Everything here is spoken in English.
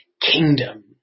kingdom